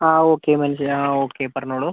ആ ഓക്കെ മനസ്സിലായി ആ ഓക്കെ പറഞ്ഞോളൂ